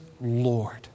Lord